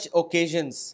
occasions